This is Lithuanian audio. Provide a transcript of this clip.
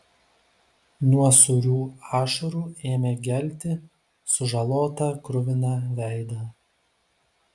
nuo sūrių ašarų ėmė gelti sužalotą kruviną veidą